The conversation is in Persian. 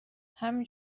همین